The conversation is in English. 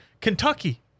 Kentucky